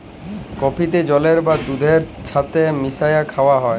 কফিকে জলের বা দুহুদের ছাথে মিশাঁয় খাউয়া হ্যয়